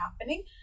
happening